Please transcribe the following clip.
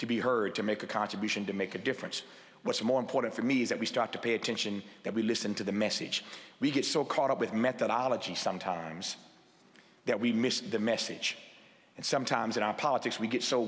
to be heard to make a contribution to make a difference what's more important for me is that we start to pay attention that we listen to the message we get so caught up with methodology sometimes that we miss the message and sometimes in our politics we get so